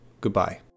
Goodbye